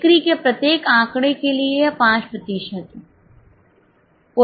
बिक्री के प्रत्येक आंकड़े के लिए यह 5 प्रतिशत है